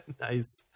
Nice